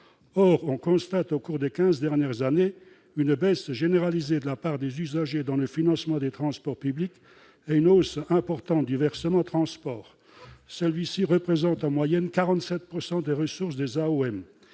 Nous constatons, au cours des quinze dernières années, une baisse généralisée de la part des usagers dans le financement des transports publics et une hausse importante du versement transport. Celui-ci représente en moyenne 47 % des ressources des AOM.